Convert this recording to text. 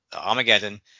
Armageddon